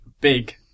big